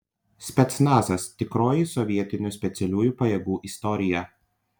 specnazas tikroji sovietinių specialiųjų pajėgų istorija